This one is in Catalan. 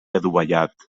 adovellat